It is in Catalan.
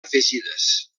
afegides